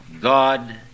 God